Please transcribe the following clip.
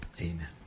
amen